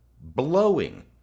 blowing